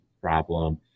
problem